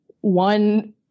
one